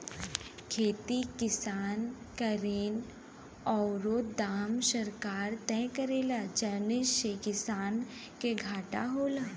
खेती किसान करेन औरु दाम सरकार तय करेला जौने से किसान के घाटा होला